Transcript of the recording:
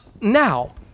now